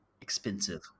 expensive